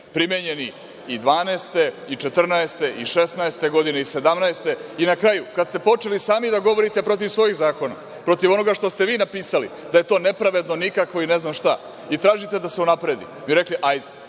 primenjeni i 2012, 2014, 2016. i 2017. godine, i na kraju kada ste počeli sami da govorite protiv svojih zakona, protiv onoga što ste vi napisali da je to nepravedno, nikakvo i ne znam šta, i tražite da se unapredi. Vi ste rekli - hajde,